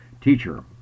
teacher